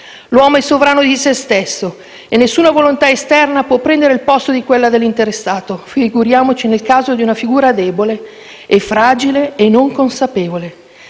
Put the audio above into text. L'uomo è sovrano di sé stesso e nessuna volontà esterna può prendere il posto di quella dell'interessato, figuriamoci nel caso di una figura debole e fragile o non consapevole.